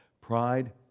pride